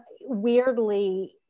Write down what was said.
weirdly